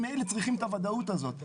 ממילא צריכים את הוודאות הזאת,